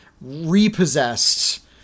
repossessed